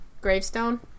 gravestone